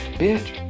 bitch